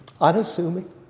Unassuming